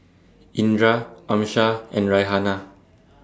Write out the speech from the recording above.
Indra Amsyar and Raihana